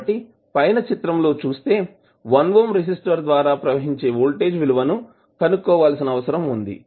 కాబట్టి పైన చిత్రం లో చుస్తే 1 ఓం రెసిస్టర్ ద్వారా ప్రవహించే వోల్టేజ్ విలువను కనుక్కోవాల్సిన అవసరం వుంది